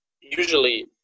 usually